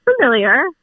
familiar